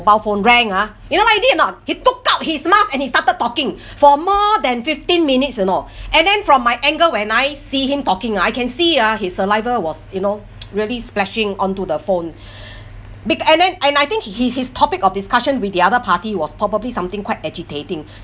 mobile phone rang ah you got any idea or not he took out his mask and he started talking for more than fifteen minutes you know and then from my anger when I see him talking ah I can see ah his saliva was you know really splashing onto the phone big and then and I think he his topic of discussion with the other party was probably something quite agitating